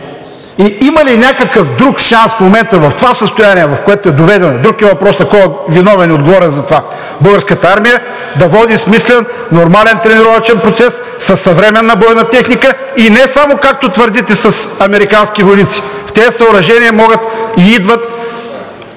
и има ли някакъв друг шанс в момента в това състояние, в което е доведена – друг е въпросът кой е виновен и отговорен за това, Българската армия, да води смислен, нормален тренировъчен процес, със съвременна бойна техника и не само, както твърдите, с американски войници? В тези съоръжения могат и идват